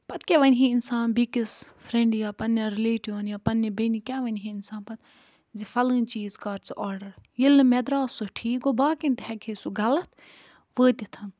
پَتہٕ کیٛاہ وَنہِ ہے اِنسان بیٚیہِ کِس فرینٛڈِ یا پنٕنٮ۪ن رِلیٹیٛوٗوَن یا پَنٕنہِ بٮ۪نہِ کیٛاہ وَنہِ ہے اِنسان پَتہٕ زِ فَلٲنۍ چیٖز کَر ژٕ آرڈر ییٚلہِ نہٕ مےٚ درٛاو سُہ ٹھیٖک گوٚو باقٮ۪ن تہِ ہٮ۪کہِ ہے سُہ غلط وٲتِتھ